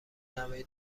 نوه